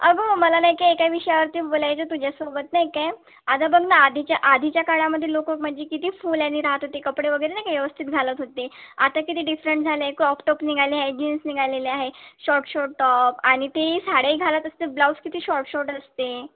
अगं मला नाही का एका विषयावरती बोलायचं तुझ्यासोबत नाही काय आता बघ ना आधीच्या आधीच्या काळामध्ये लोकं म्हणजे किती फुल आणि राहत होते कपडे वगैरे नाही का व्यवस्थित घालत होते आता किती डिफरंट झाले क्रॉप टॉप निघाले आहे जीन्स निघालेले आहे शॉट शॉर्ट टॉप आणि ते ही साड्याही घालत असते ब्लाऊज किती शॉर्ट शॉर्ट असते